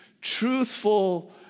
truthful